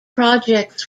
projects